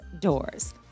doors